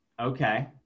Okay